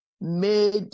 made